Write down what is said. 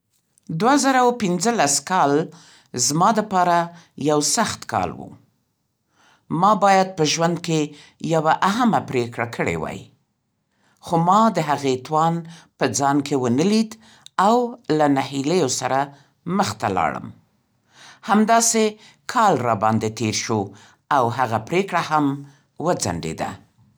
دوه زره او پنځلس کال زما د پاره یو سخت کال و. ما باید په ژوند کې یوه اهمه پرېکړه کړې وای. خو ما د هغې توان په ځان کې ونه لید او له نهیلیو سره مخ ته لاړم. همداسې کال راباندې تېر شو.